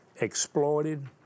exploited